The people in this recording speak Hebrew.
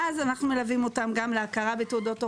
ואז אנחנו מלווים אותם גם להכרה בתעודות הוראה,